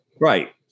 Right